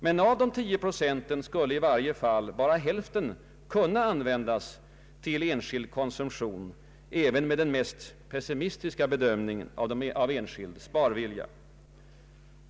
Men av de 10 procenten skulle i varje fall bara hälften kunnat användas till enskild konsumtion, även med den mest pessimistiska bedömningen av enskild sparvilja.